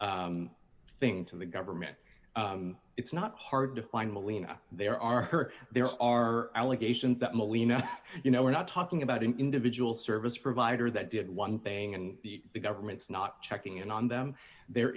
material thing to the government it's not hard to find alina there are there are allegations that molina you know we're not talking about an individual service provider that did one thing and the government's not checking in on them there